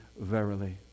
verily